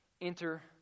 enter